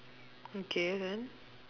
okay then